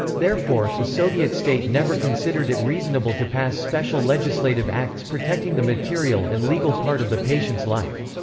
therefore, the soviet state never considered it reasonable to pass special legislative acts protecting the material and legal part of the patients' life.